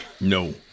No